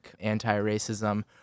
anti-racism